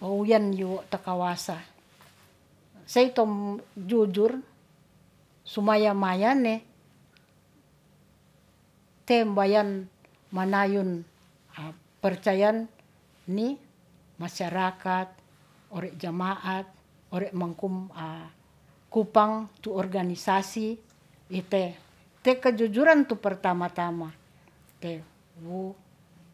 Wa wuyan yo' kawasa sei tom jujur su maya mayane te mbayan manayun percayan ni masyarakat ore jamaat, ore mangkum kupang tu organisasi ite, te kejujuran tu pertama-tama te wu